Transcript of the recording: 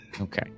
Okay